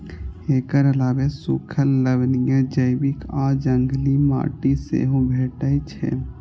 एकर अलावे सूखल, लवणीय, जैविक आ जंगली माटि सेहो भेटै छै